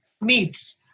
meats